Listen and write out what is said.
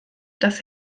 dass